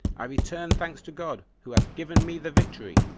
i return thanks to god, who hath given me the victory,